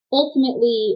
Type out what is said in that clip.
ultimately